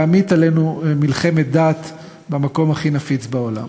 להמיט עלינו מלחמת דת במקום הכי נפיץ בעולם.